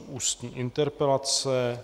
Ústní interpelace